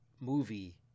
movie